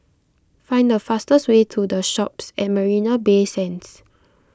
find the fastest way to the Shoppes at Marina Bay Sands